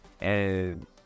and-